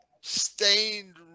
stained